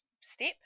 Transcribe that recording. step